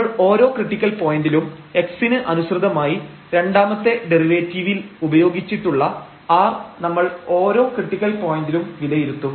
നമ്മൾ ഓരോ ക്രിട്ടിക്കൽ പോയന്റിലും x ന് അനുസൃതമായി രണ്ടാമത്തെ ഡെറിവേറ്റീവിൽ ഉപയോഗിച്ചിട്ടുള്ള r നമ്മൾ ഓരോ ക്രിട്ടിക്കൽ പോയന്റിലും വിലയിരുത്തും